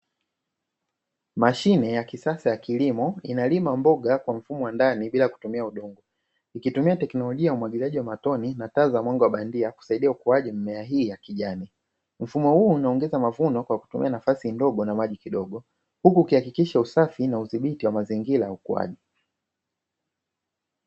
Mashine ya kisasa ya kilimo inalima mboga kwa mfumo wa ndani bila kutumia udongo, ikitumia teknolojia ya umwagiliaji wa matone na taa za mwanga wa bandia kusaidia ukuaji, mimea hii ya kijani mfumo huu unaongeza mavuno kwa kutumia nafasi ndogo na maji kidogo, huku ukihakikisha usafi na udhibiti wa mazingira ukuaji.